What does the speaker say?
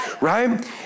right